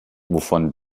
wovon